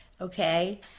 okay